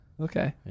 okay